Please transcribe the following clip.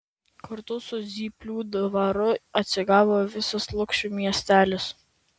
kartu su zyplių dvaru atsigavo visas lukšių miestelis